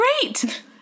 great